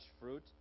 fruit